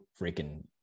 freaking